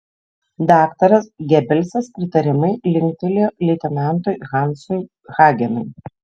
daktaras gebelsas pritariamai linktelėjo leitenantui hansui hagenui